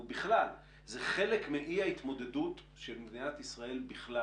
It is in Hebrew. ובכלל, זה חלק מאי ההתמודדות של מדינת ישראל בכלל